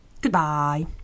Goodbye